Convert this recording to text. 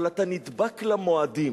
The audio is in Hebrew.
אבל אתה נדבק למועדים.